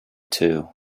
too